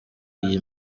iyi